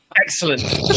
Excellent